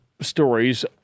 stories